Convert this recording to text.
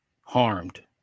harmed